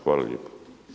Hvala lijepo.